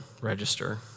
register